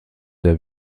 der